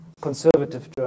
conservative